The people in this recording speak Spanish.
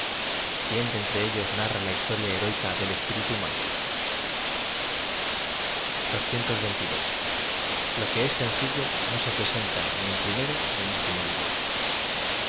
quién de entre ellos narra a historia heroica del es sencillo no se presenta n i en prim ero n i en últim o lugar